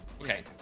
Okay